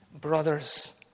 brothers